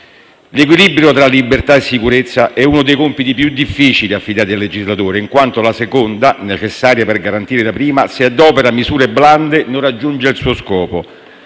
L'equilibrio tra libertà e sicurezza è uno dei compiti più difficili affidati al legislatore, in quanto la seconda, necessaria per garantire la prima, se adopera misure blande non raggiunge il suo scopo.